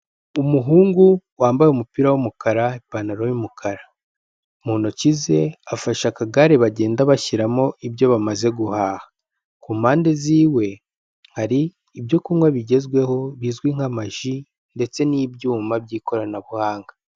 Umuhungu wambaye umupira w'umukara, ipantaro y'umukara, mu ntoki ze afasha akagare bagenda bashyiramo ibyo bamaze guhaha, ku mpande ziwe hari ibyo kunywa bigezweho bizwi nk'ama ji ndetse n'ibyuma by'ikoranabuhanga.